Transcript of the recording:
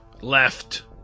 left